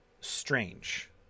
strange